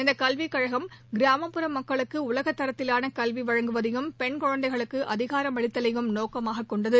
இந்த கல்விக் கழகம் கிராமப்புற மக்களுக்கு உலகத் தரத்திவான கல்வி வழங்குவதையும் பெண் குழந்தைகளுக்கு அதிகாரம் அளித்தலையும் நோக்கமாகக் கொண்டது